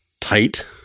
tight